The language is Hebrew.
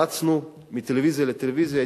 רצנו מטלוויזיה לטלוויזיה.